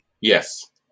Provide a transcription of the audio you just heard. Yes